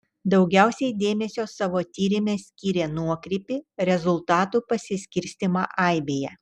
daugiausiai dėmesio savo tyrime skyrė nuokrypį rezultatų pasiskirstymą aibėje